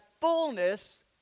fullness